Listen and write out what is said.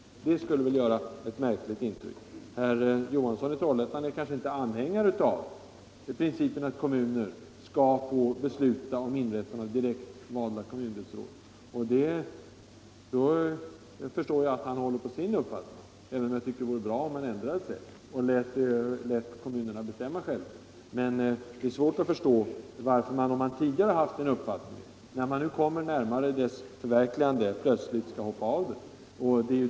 Det skulle göra ett märkligt intryck. Herr Johansson i Trollhättan är kanske inte anhängare av principen att kommunerna skall få besluta om inrättande av direktvalda kommundelsråd. Då förstår jag att han håller på sin uppfattning, även om det vore bra om han ändrade sig och lät kommunerna själva bestämma. Det är svårare att förstå hur man, när man tidigare haft en viss uppfattning och nu kommer närmare dess förverkligande, plötsligt kan hoppa av den.